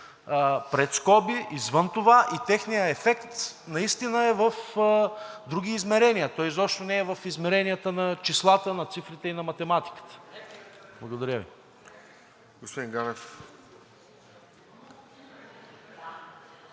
пред скоби, извън това и техният ефект наистина е в други измерения. Той изобщо не е в измеренията на числата, на цифрите и на математиката. Благодаря Ви.